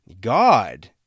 God